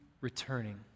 returning